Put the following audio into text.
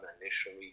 Initially